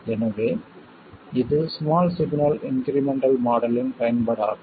எனவே இது small signal incremental மாடலின் பயன்பாடாகும்